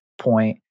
point